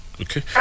okay